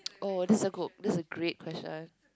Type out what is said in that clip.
oh that's a good that's a great question